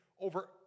over